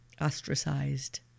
ostracized